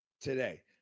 today